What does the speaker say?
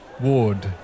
Ward